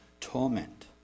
torment